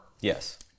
Yes